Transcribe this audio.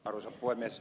arvoisa puhemies